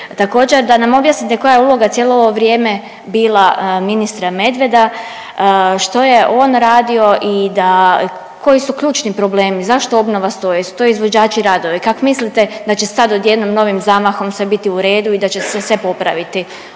Također da nam objasnite koja je uloga cijelo ovo vrijeme bila ministra Medveda, što je on radio i koji su ključni problemi? Zašto obnova stoji? Jesu to izvođači radova? I kako mislite da će sad odjednom novim zamahom sve biti u redu i da će se sve popraviti?